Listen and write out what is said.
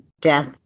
death